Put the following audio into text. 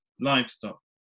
livestock